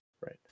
Right